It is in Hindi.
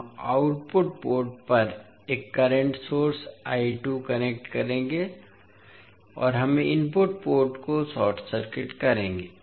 हम आउटपुट पोर्ट पर एक करंट सोर्स कनेक्ट करेंगे और हम इनपुट पोर्ट को शॉर्ट सर्किट करेंगे